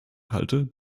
halte